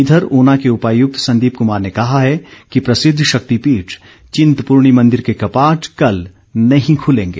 इधर ऊना के उपायुक्त संदीप कुमार ने कहा कि प्रसिद्ध शक्तिपीठ चिंतपूर्णी मंदिर के कपाट कल नहीं खूलेंगें